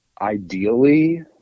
ideally